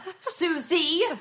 Susie